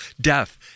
death